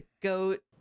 goat